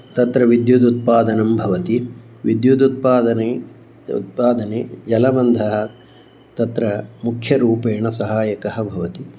तत्र विद्युदुत्पादनं भवति विद्युदुत्पादने उत्पादने जलबन्धः तत्र मुख्यरूपेण सहाय्यकः भवति